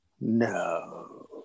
No